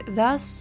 thus